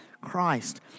Christ